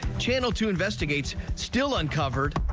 channel two investigates still uncovered